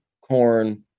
corn